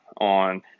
on